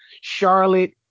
charlotte